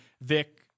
Vic